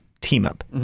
team-up